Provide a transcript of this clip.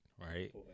right